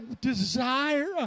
desire